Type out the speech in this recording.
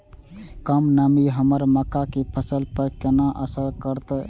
कम नमी हमर मक्का के फसल पर केना असर करतय?